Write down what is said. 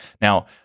Now